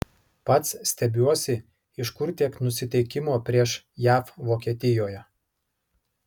pats stebiuosi iš kur tiek nusiteikimo prieš jav vokietijoje